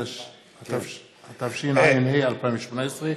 התשע"ח 2018,